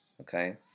okay